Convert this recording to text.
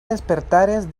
despertares